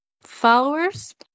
followers